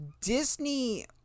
disney